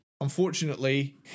unfortunately